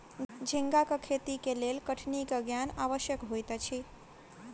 झींगाक खेती के लेल कठिनी के ज्ञान आवश्यक होइत अछि